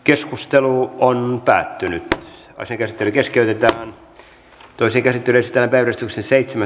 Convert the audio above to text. keskustelu päättyi ja asian käsittely keskeytettiin